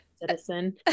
citizen